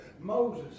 Moses